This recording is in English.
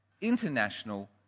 international